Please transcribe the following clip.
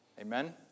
Amen